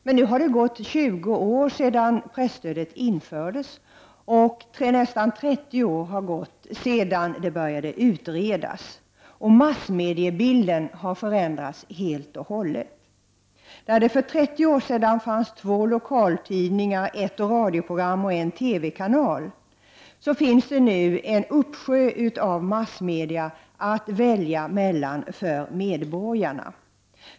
Men nu har det gått 20 år sedan presstödet infördes, och nästan 30 år har gått sedan det började utredas, och massmediebilden har förändrats helt och hållet. Där det för 30 år sedan fanns två lokaltidningar, ett radioprogram och en TV-kanal finns det nu en uppsjö av massmedia att välja mellan för medborgarna.